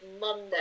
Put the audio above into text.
Monday